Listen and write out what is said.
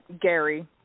Gary